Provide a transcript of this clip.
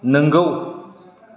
नोंगौ